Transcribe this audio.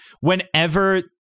whenever